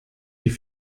die